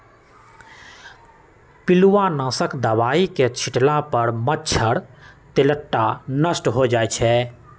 पिलुआ नाशक दवाई के छिट्ला पर मच्छर, तेलट्टा नष्ट हो जाइ छइ